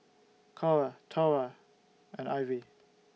Cora Tory and Ivy